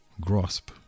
grasp